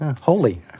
Holy